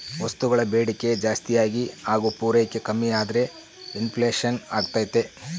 ವಸ್ತುಗಳ ಬೇಡಿಕೆ ಜಾಸ್ತಿಯಾಗಿ ಹಾಗು ಪೂರೈಕೆ ಕಮ್ಮಿಯಾದ್ರೆ ಇನ್ ಫ್ಲೇಷನ್ ಅಗ್ತೈತೆ